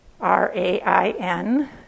R-A-I-N